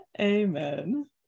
Amen